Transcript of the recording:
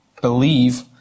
believe